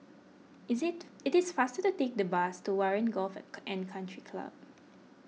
is it it is faster to take the bus to Warren Golf and Country Club